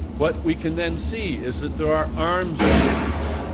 what we can then see is that there are arms races.